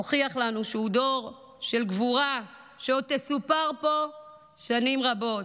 הוא הוכיח לנו שהוא דור של גבורה שעוד תסופר פה שנים רבות.